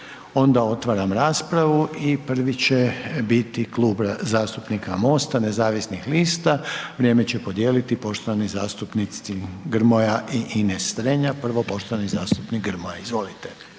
Onda otvaram raspravu i prvi će biti Klub zastupnika MOST-a nezavisnih lista, vrijeme će podijeliti poštovani zastupnici Grmoja i Ines Strenja. Prvo poštovani zastupnik Grmoja, izvolite.